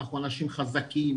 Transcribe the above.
אנחנו אנשים חזקים,